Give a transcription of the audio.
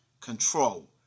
control